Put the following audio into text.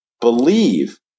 believe